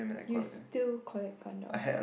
you still collect Gundams